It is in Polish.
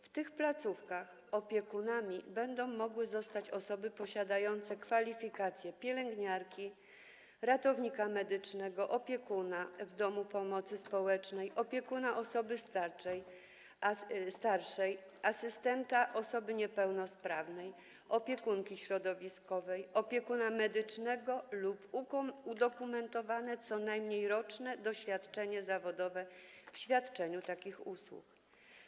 W tych placówkach opiekunami będą mogły zostać osoby posiadające kwalifikacje pielęgniarki, ratownika medycznego, opiekuna w domu pomocy społecznej, opiekuna osoby starszej, asystenta osoby niepełnosprawnej, opiekunki środowiskowej, opiekuna medycznego lub udokumentowane co najmniej roczne doświadczenie zawodowe w świadczeniu usług w tym zakresie.